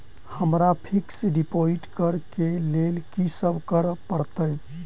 हमरा fixed deposit करऽ केँ लेल की सब करऽ पड़त?